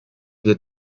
wir